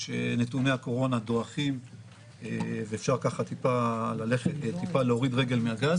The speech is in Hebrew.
שנתוני הקורונה דועכים ואפשר טיפה להוריד רגל מהגז.